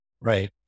Right